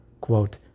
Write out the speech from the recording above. Quote